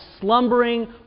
slumbering